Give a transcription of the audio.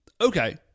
Okay